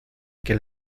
que